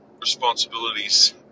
responsibilities